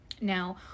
now